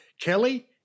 Kelly